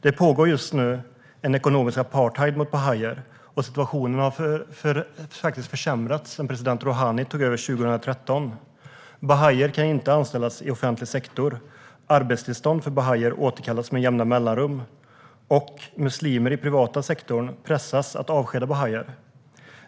Det pågår just nu en ekonomisk apartheid riktad mot bahaier, och situationen har faktiskt försämrats sedan president Rohani tog över 2013. Bahaier kan inte anställas i offentlig sektor. Arbetstillstånd för bahaier återkallas med jämna mellanrum, och muslimer i den privata sektorn pressas att avskeda bahaier.